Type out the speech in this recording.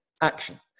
action